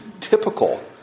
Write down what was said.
typical